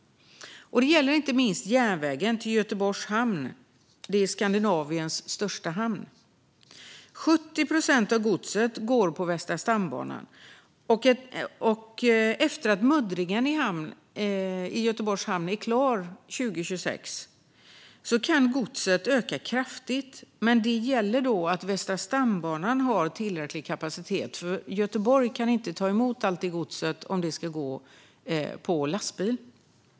Det gäller inte minst järnvägen till Göteborgs hamn som är Skandinaviens största hamn. 70 procent av godsen går på Västra stambanan. Och när muddringen i Göteborgs hamn är klar 2026 kan godset öka kraftigt. Men det gäller då att Västra stambanan har tillräcklig kapacitet, eftersom Göteborg inte kan ta emot allt detta gods om det ska på lastbil.